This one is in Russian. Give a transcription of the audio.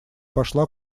пошла